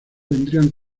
vendrían